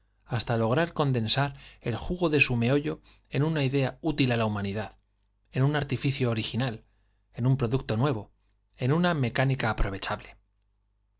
hasta lograr condensar el jugo de su meollo en una idea útil á la humanidad en un artiflcio original en un producto nuev en una mecánica